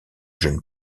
jeune